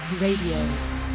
Radio